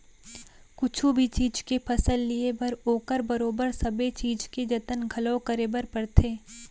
कुछु भी चीज के फसल लिये बर ओकर बरोबर सबे चीज के जतन घलौ करे बर परथे